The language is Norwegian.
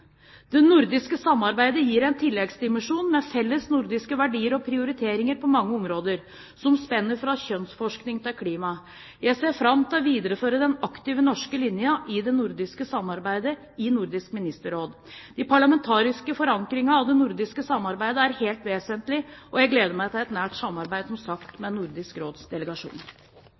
Det nordiske samarbeidet gir en tilleggsdimensjon med fellesnordiske verdier og prioriteringer på mange områder, som spenner fra kjønnsforskning til klima. Jeg ser fram til å videreføre den aktive norske linjen i det nordiske samarbeidet i Nordisk Ministerråd. Den parlamentariske forankringen av det nordiske samarbeidet er helt vesentlig, og jeg gleder meg som sagt til et nært samarbeid med Nordisk Råds delegasjon.